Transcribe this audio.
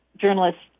journalists